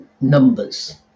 numbers